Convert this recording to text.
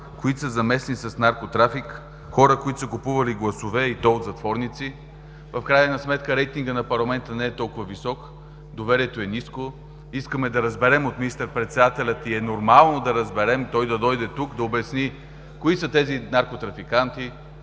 които са замесени с наркотрафик, хора, които са купували гласове, и то от затворници. В крайна сметка рейтингът на парламента не е толкова висок, доверието е ниско. Искаме да разберем от министър-председателя и е нормално да разберем – той да дойде тук, да обясни кои са тези наркотрафиканти,